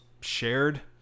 shared